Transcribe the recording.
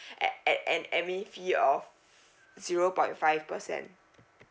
at at an admin fee of zero point five percent